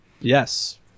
Yes